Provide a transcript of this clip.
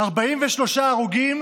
43 הרוגים